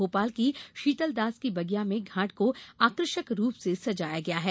भोपाल की शीतलदास की बगिया में घाट को आकर्षक रुप से सजाया गया है